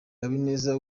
habineza